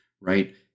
right